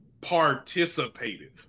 participated